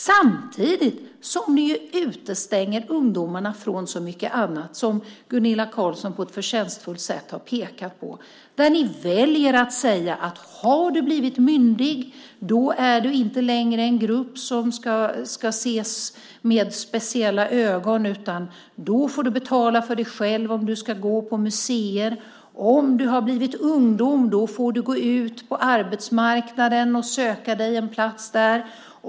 Samtidigt utestänger ni ungdomarna från så mycket annat, som Gunilla Carlsson på ett förtjänstfullt sätt har pekat på. Ni väljer att säga att när du har blivit myndig är du inte längre en grupp som ska ses med speciella ögon utan då får du betala för dig själv om du ska gå på museer. Om du har blivit ungdom får du gå ut på arbetsmarknaden och söka dig en plats där.